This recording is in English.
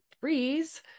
freeze